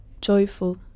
joyful